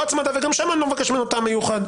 הצמדה וגם שם אני לא מבקש ממנו טעם מיוחד.